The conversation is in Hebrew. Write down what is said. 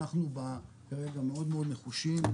אנחנו כרגע מאוד נחושים,